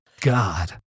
God